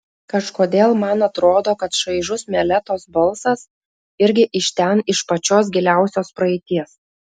kažkodėl man atrodo kad šaižus meletos balsas irgi iš ten iš pačios giliausios praeities